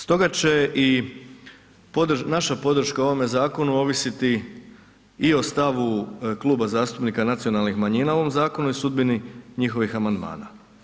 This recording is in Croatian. Stoga će i naša podrška ovome zakonu ovisiti i o stavu Kluba zastupnika nacionalnih manjina u ovom zakonu i sudbini njihovih amandmana.